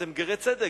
הם גרי צדק,